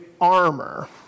armor